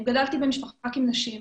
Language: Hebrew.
אני גדלתי במשפחה רק עם נשים,